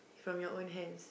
from your own hands